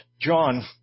John